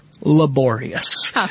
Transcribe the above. laborious